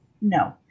No